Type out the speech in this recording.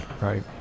right